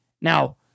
Now